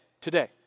today